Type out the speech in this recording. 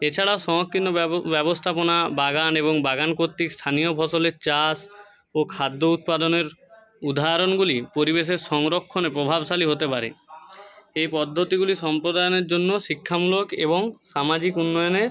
এছাড়াও ব্যবস্থাপনা বাগান এবং বাগান কর্তৃক স্থানীয় ফসলের চাষ ও খাদ্য উৎপাদনের উদাহরণগুলি পরিবেশের সংরক্ষণে প্রভাবশালী হতে পারে এই পদ্ধতিগুলি সম্পাদনের জন্য শিক্ষামূলক এবং সামাজিক উন্নয়নের